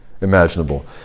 imaginable